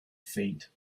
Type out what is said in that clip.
faint